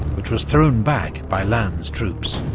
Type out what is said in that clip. which was thrown back by lannes' troops.